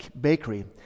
Bakery